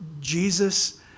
Jesus